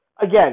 again